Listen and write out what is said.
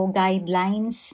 guidelines